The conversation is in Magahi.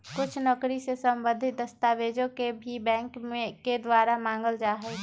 कुछ नौकरी से सम्बन्धित दस्तावेजों के भी बैंक के द्वारा मांगल जा हई